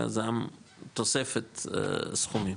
אלא זה תוספת סכומים.